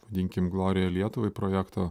vadinkime gloriją lietuvai projekto